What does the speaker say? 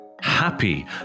Happy